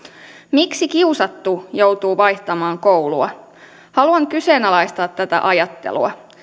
miksi kiusattu joutuu vaihtamaan koulua haluan kyseenalaistaa tätä ajattelua